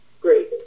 great